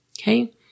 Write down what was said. Okay